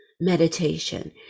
meditation